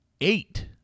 eight